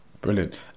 brilliant